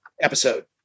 episode